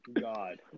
god